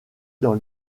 dans